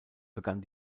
begann